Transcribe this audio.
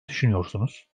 düşünüyorsunuz